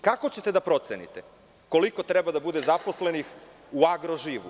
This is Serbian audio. Kako ćete da procenite koliko treba da bude zaposlenih u „Agroživu“